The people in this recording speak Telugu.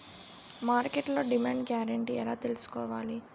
మార్కెట్లో డిమాండ్ గ్యారంటీ ఎలా తెల్సుకోవాలి?